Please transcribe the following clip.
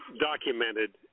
documented